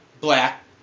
black